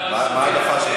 מה ההעדפה שלכם?